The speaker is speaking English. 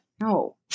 no